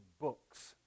books